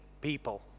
people